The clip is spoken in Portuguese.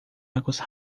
águas